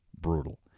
brutal